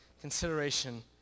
consideration